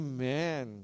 Amen